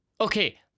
okay